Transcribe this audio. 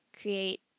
create